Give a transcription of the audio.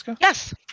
Yes